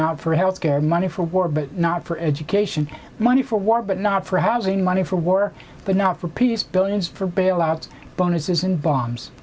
not for health care money for war but not for education money for war but not for housing money for war but not for peace billions for bailouts bonuses and bombs